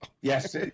Yes